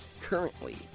currently